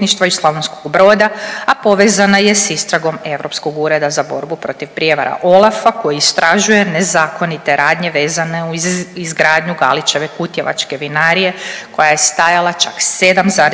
iz Slavonskog Broda, a povezana je s istragom Europskog ureda za borbu protiv prijevara OLAF-a koji istražuje nezakonite radnje vezane uz izgradnju Galićeve kutjevačke vinarije koja je stajala čak 7,2